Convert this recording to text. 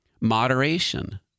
Moderation